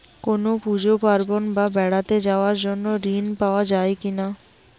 কোনো পুজো পার্বণ বা বেড়াতে যাওয়ার জন্য ঋণ পাওয়া যায় কিনা?